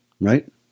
right